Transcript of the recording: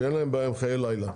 שאין להם בעיה עם חיי לילה.